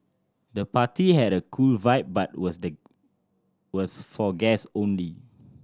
the party had a cool vibe but was for guests only